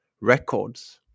records